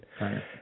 Right